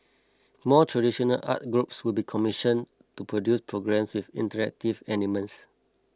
more traditional art groups will be commissioned to produce programmes with interactive elements